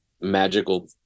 magical